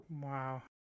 Wow